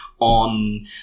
on